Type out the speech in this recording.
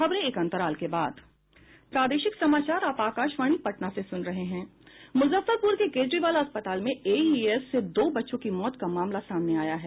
मुजफ्फरपुर के केजरीवाल अस्पताल में एईएस से दो बच्चों की मौत का मामला सामने आया है